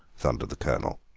thundered the colonel.